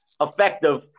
effective